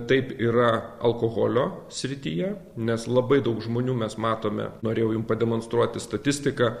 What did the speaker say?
taip yra alkoholio srityje nes labai daug žmonių mes matome norėjau jum pademonstruoti statistiką